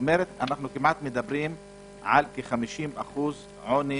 כלומר כמעט כ-50% עוני